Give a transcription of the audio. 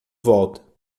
volta